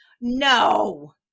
no